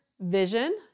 vision